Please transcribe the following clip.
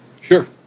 Sure